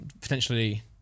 potentially